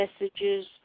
messages